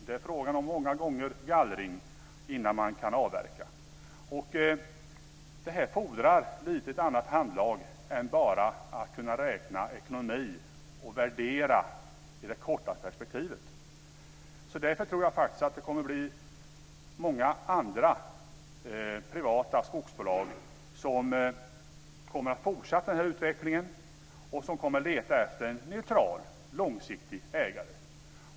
Det är många gånger fråga om gallring innan man kan avverka. Det här fordrar ett lite annat handlag än att man bara kan se ekonomi och värdera i det korta perspektivet. Därför tror jag faktiskt att många andra privata skogsbolag kommer att fortsätta den här utveckling och kommer att leta efter en neutral, långsiktig ägare.